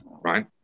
right